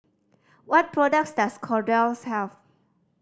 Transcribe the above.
what products does Kordel's have